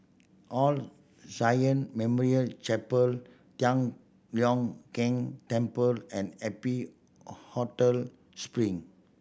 all Memorial Chapel Tian Leong Keng Temple and Happy Hotel Spring